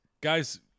Guys